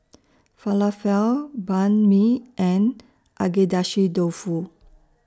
Falafel Banh MI and Agedashi Dofu